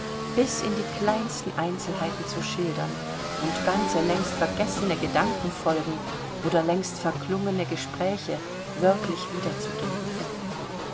bis in die kleinsten einzelheiten zu schildern und ganze längst vergessene gedankenfolgen oder längst verklungene gespräche wörtlich wiederzugeben